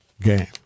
game